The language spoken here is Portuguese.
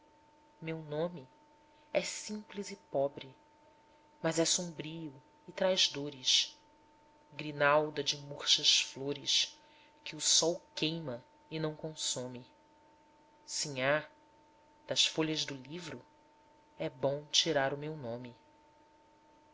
meu nome é simples e pobre mas é sombrio e traz dores grinalda de murchas flores que o sol queima e não consome sinhá das folhas do livro é bom tirar o meu nome